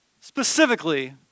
specifically